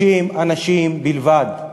30 אנשים בלבד,